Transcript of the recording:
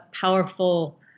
powerful